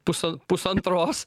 pus pusantros